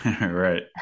Right